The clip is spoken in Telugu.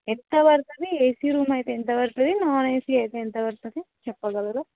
ఎంత పడుతుంది ఏసీ రూమ్ అయితే ఎంత పడుతుంది నాన్ ఏసీ అయితే ఎంత పడుతుంది చెప్పగలరా